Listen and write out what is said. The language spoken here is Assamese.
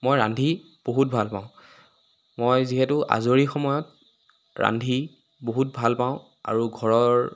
মই ৰান্ধি বহুত ভাল পাওঁ মই যিহেতু আজৰি সময়ত ৰান্ধি বহুত ভাল পাওঁ আৰু ঘৰৰ